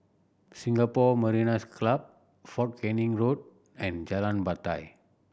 Singapore Mariners' Club Fort Canning Road and Jalan Batai